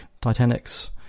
Titanic's